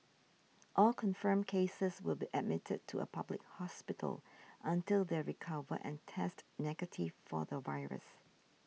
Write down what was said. all confirmed cases will be admitted to a public hospital until they recover and test negative for the virus